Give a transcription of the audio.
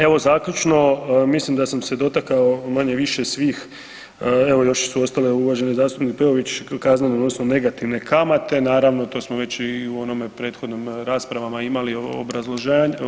Evo zaključno, mislim da sam se dotakao manje-više svih, evo još su ostale uvaženi zastupnik Peović, kaznene odnosno negativne kamate, naravno to smo već i u onim prethodnim raspravama imali obrazloženja.